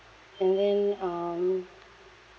and then um